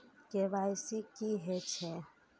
KYC की हे छे?